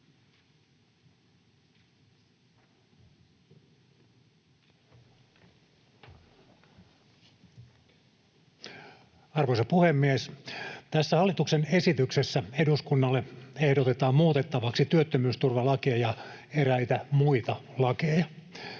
Arvoisa puhemies! Tässä hallituksen esityksessä eduskunnalle ehdotetaan muutettavaksi työttömyysturvalakia ja eräitä muita lakeja.